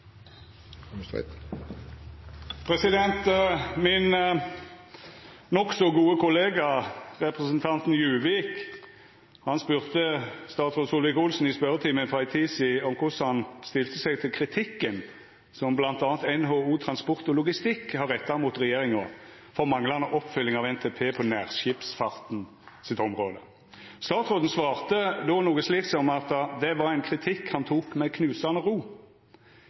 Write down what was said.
Juvik spurde statsråd Solvik-Olsen i spørjetimen for ei tid sidan om korleis han stilte seg til kritikken som bl.a. NHO Logistikk og Transport har retta mot regjeringa for manglande oppfølging av NTP på nærskipsfarten sitt område. Statsråden svarte då noko slikt som at det var ein kritikk han tok med knusande ro.